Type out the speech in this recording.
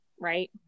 right